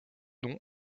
nom